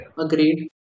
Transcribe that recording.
Agreed